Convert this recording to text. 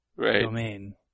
domain